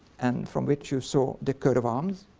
and from which you saw the coat of arms